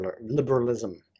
liberalism